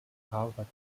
harvard